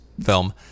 film